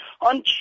On